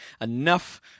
enough